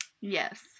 Yes